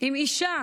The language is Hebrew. אם אישה